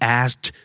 asked